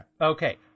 Okay